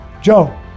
Joe